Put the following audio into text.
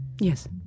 Yes